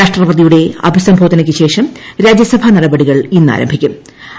രാഷ്ട്രപതിയുടെ അഭിസംബോധന്റയ്ക്കുശേഷം രാജ്യസഭാ നടപടികൾ ഇന്ന് ആരംഭിക്കുട്ടു